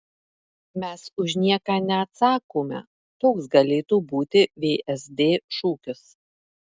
mes už nieką neatsakome toks galėtų būti vsd šūkis